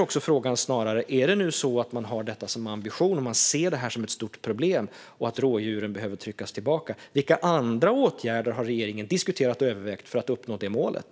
Om man nu har detta som ambition - om man ser det här som ett stort problem och anser att rådjuren behöver tryckas tillbaka - är frågan kanske snarare vilka andra åtgärder regeringen har diskuterat och övervägt för att uppnå målet.